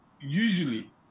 usually